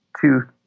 two